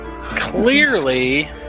Clearly